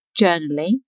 journaling